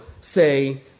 say